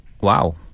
Wow